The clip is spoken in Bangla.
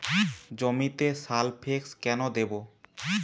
জমিতে সালফেক্স কেন দেবো?